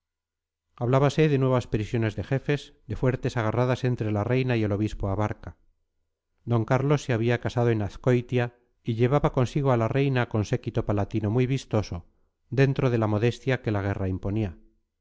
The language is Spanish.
moderados hablábase de nuevas prisiones de jefes de fuertes agarradas entre la reina y el obispo abarca d carlos se había casado en azcoitia y llevaba consigo a la reina con séquito palatino muy vistoso dentro de la modestia que la guerra imponía